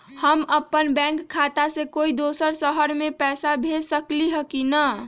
हम अपन बैंक खाता से कोई दोसर शहर में पैसा भेज सकली ह की न?